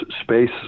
space